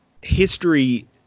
history